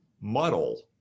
muddle